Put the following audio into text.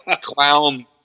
clown